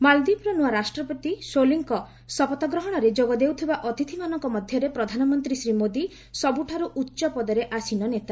ମାଳଦ୍ୱୀପର ନୂଆ ରାଷ୍ଟ୍ରପତି ସୋଲିଙ୍କ ଶପଥଗ୍ରହଣରେ ଯୋଗଦେଉଥିବା ଅତିଥିମାନଙ୍କ ମଧ୍ୟରେ ପ୍ରଧାନମନ୍ତ୍ରୀ ଶ୍ରୀ ମୋଦି ସବୁଠାରୁ ଉଚ୍ଚ ପଦରେ ଆସୀନ ନେତା